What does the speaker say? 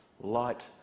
light